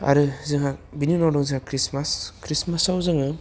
आरो जोंहा बिनि उनाव दं जोंहा ख्रिष्टमास ख्रिष्टमासाव जोङो